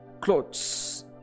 clothes